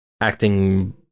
acting